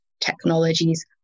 technologies